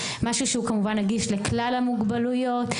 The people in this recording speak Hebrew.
משהו שנגיש לכלל המוגבלויות,